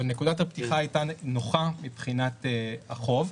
נקודת הפתיחה הייתה נוחה מבחינת החוב,